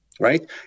right